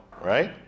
right